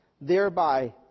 thereby